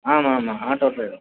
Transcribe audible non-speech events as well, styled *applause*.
ஆமா ஆமா ஆட்டோ *unintelligible*